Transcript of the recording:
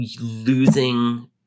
Losing